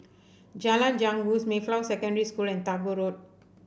Jalan Janggus Mayflower Secondary School and Tagore Road